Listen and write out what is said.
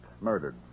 Murdered